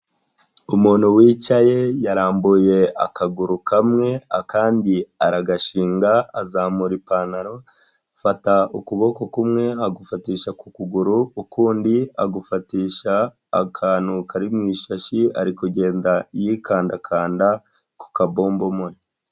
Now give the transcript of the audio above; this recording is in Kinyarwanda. Umuntu wicaye yarambuye akaguru kamwe akandi aragashinga azamura ipantaro afata ukuboko kumwe agufatisha ku kuguru ukundi agufatisha akantu kari mu ishashi ari kugenda yikandakanda ku kabombomori.